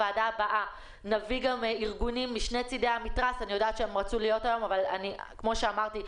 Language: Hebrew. עת נתכנס וכבר פורסמנו נתונים כאלה אבל הם לא עדכניים,